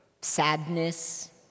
sadness